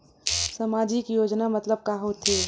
सामजिक योजना मतलब का होथे?